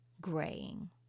graying